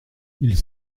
ils